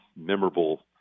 memorable